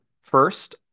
first